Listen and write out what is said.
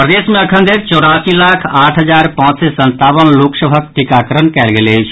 प्रदेश मे अखनधरि चौरासी लाख आठ हजार पांच सय संतावन लोक सभक टीकाकरण कयल गेल अछि